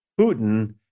Putin